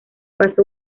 pasó